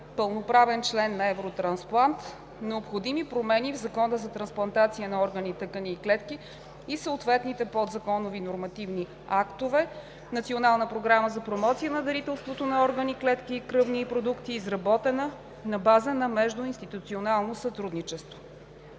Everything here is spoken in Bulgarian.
пълноправен член на „Евротрансплант“, необходими промени в Закона за трансплантация на органи, тъкани и клетки и съответните подзаконови нормативни актове, Национална програма за промоция на дарителството на органи, клетки и кръвни продукти, изработена на база на междуинституционално сътрудничество.